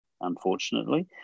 unfortunately